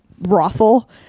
brothel